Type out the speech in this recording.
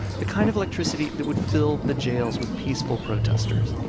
the kind of electricity that would fill the jails with peaceful protesters,